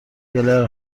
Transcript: گلر